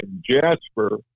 Jasper